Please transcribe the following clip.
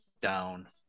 down